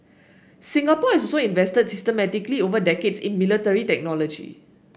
Singapore has also invested systematically over decades in military technology